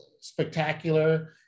spectacular